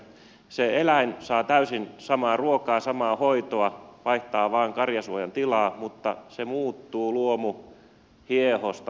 se eläin saa täysin samaa ruokaa samaa hoitoa vaihtaa vain karjasuojan tilaa mutta se muuttuu luomuhiehosta tavanomaiseksi hiehoksi